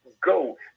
go